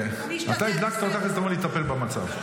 אתה הדלקת אותה, אחרי זה אתה אומר לי לטפל במצב.